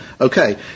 okay